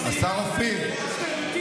חכה.